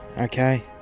okay